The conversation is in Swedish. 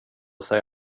sig